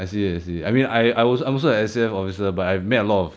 I see I see I mean I I was also I'm also a S_A_F officer but I've met a lot of